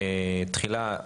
תחילה,